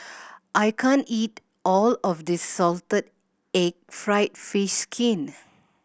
I can't eat all of this salted egg fried fish skin